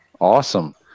Awesome